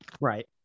Right